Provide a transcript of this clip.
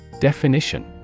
Definition